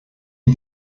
die